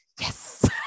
yes